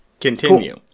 Continue